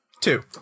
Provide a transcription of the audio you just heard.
Two